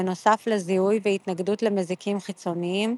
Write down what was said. בנוסף לזיהוי והתנגדות למזיקים חיצוניים,